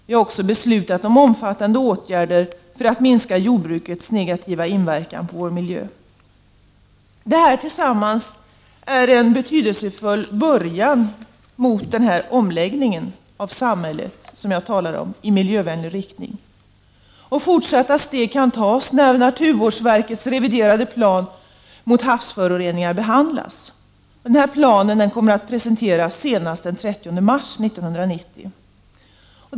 Vi har också beslutat om omfattande åtgärder för att minska jordbrukets negativa inverkan på vår miljö. Allt detta tillsammans är en betydelsefull början på en varaktig omläggning av samhället i miljövänlig riktning. Fortsatta steg kan tas när naturvårdsverkets reviderade plan mot havsföroreningar behandlas. Denna plan kommer att presenteras senast den 30 mars 1990.